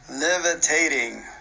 levitating